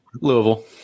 Louisville